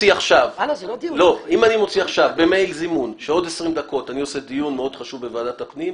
עכשיו במייל זימון שעוד 20 דקות אני עושה דיון מאוד חשוב בוועדת הפנים,